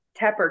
Tepper